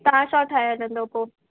तव्हां छा ठाहे हलंदो पोइ